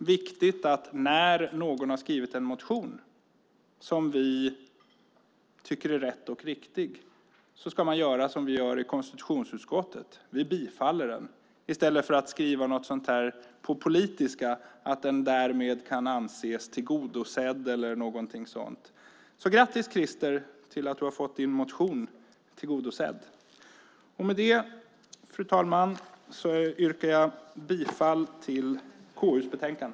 När någon har skrivit en motion som vi tycker är rätt och riktig ska man göra som vi gör i konstitutionsutskottet. Vi tillstyrker den i stället för att skriva på "politiska" att den därmed kan anses tillgodosedd. Grattis, Christer, till att du har fått din motion tillgodosedd! Fru talman! Med det yrkar jag bifall till förslaget i KU:s betänkande.